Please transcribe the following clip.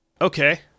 Okay